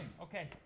Okay